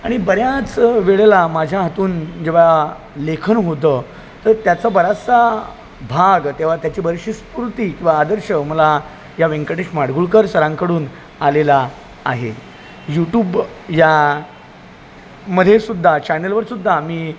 आणि बऱ्याच वेळेला माझ्या हातून जेव्हा लेखन होतं तर त्याचा बराचसा भाग तेव्हा त्याची बरीचशी स्फुर्ती किंवा आदर्श मला या व्यंकटेश माडगूळकर सरांकडून आलेला आहे यूटूब या मध्ये सुद्धा चॅयनलवर सुद्धा मी